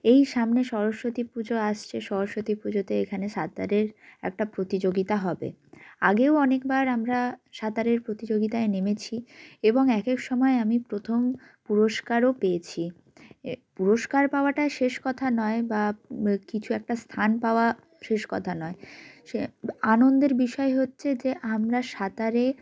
এই সামনে সরস্বতী পুজো আসছে সরস্বতী পুজোতে এখানে সাঁতারের একটা প্রতিযোগিতা হবে আগেও অনেকবার আমরা সাঁতারের প্রতিযোগিতায় নেমেছি এবং এক এক সময় আমি প্রথম পুরস্কারও পেয়েছি পুরস্কার পাওয়াটাই শেষ কথা নয় বা কিছু একটা স্থান পাওয়া শেষ কথা নয় সে আনন্দের বিষয় হচ্ছে যে আমরা সাঁতারে